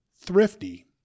thrifty